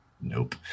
Nope